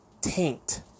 taint